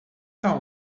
tal